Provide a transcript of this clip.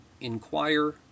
inquire